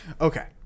Okay